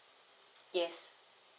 yes